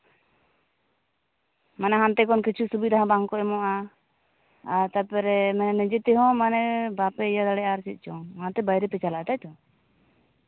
ᱢᱟᱱᱮ ᱦᱟᱱᱛᱮ ᱠᱷᱚᱱ ᱠᱤᱪᱷᱩ ᱥᱩᱵᱤᱫᱟ ᱦᱚᱸ ᱵᱟᱝᱠᱚ ᱮᱢᱚᱜᱼᱟ ᱟᱨ ᱛᱟᱨᱯᱚᱨᱮ ᱱᱚᱜᱼᱚᱭ ᱱᱤᱡᱮ ᱛᱮᱦᱚᱸ ᱢᱟᱱᱮ ᱵᱟᱯᱮ ᱤᱭᱟᱹ ᱫᱟᱲᱮᱭᱟᱜᱼᱟ ᱟᱨ ᱪᱮᱫ ᱪᱚᱝ ᱚᱱᱟᱛᱮ ᱵᱟᱭᱨᱮ ᱯᱮ ᱪᱟᱞᱟᱜᱼᱟ ᱛᱟᱭᱛᱚ